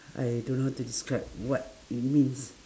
I don't know how to describe what it means